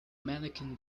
mannequin